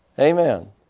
Amen